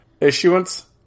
issuance